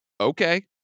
okay